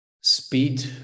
speed